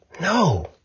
No